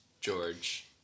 George